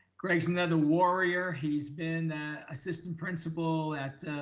greg's another warrior. he's been that assistant principal at